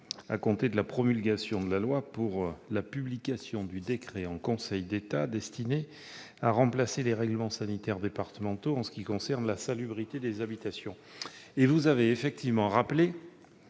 à compter de la promulgation de la loi pour la publication du décret en Conseil d'État destiné à remplacer les règlements sanitaires départementaux en ce qui concerne la salubrité des habitations. Comme vous l'avez rappelé,